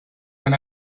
ben